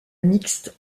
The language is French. mixte